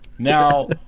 Now